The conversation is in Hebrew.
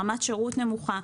רמת שירות נמוכה,